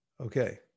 Okay